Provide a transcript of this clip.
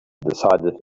decided